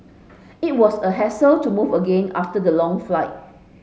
it was a hassle to move again after the long flight